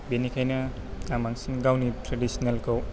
बेनिखायनो आं बांसिन गावनि थ्रेदिसोनेलखौ